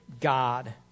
God